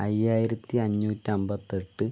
അയ്യായിരത്തി അഞ്ഞൂറ്റി അൻപത്തി എട്ട്